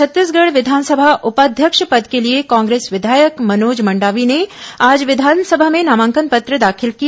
छ त्त ी सगढ़ विधानसभा उपाध्यक्ष पद के लिए कांग्रेस विधायक मनोज मंडावी ने आज विधानसभा में नामांकन पत्र दाखिल किया